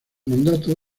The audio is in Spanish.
mandato